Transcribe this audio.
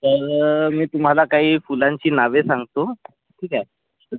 तर मी तुम्हाला काही फुलांची नावे सांगतो ठीक आहे